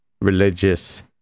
religious